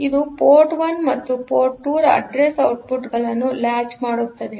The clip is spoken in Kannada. ಇದು ಪೋರ್ಟ್1 ಮತ್ತು ಪೋರ್ಟ್2 ರ ಅಡ್ರೆಸ್ ಔಟ್ಪುಟ್ ಗಳನ್ನುಲಾಚ್ ಮಾಡುತ್ತದೆ